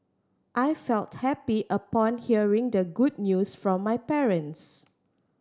I felt happy upon hearing the good news from my parents